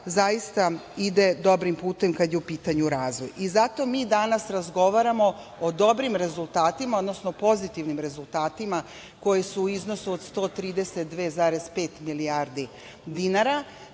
zaista ide dobrim putem kad je u pitanju razvoj. Zato mi danas razgovaramo o dobrim rezultatima, odnosno pozitivnim rezultatima koji su u iznosu od 132,5 milijardi dinara.